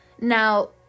Now